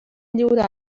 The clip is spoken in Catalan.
lliurar